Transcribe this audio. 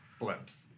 blimps